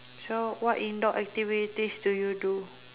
so what indoor activities do you do